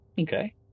Okay